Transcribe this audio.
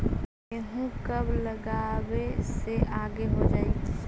गेहूं कब लगावे से आगे हो जाई?